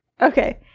Okay